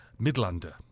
Midlander